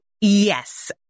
yes